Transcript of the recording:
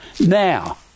Now